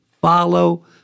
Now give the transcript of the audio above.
follow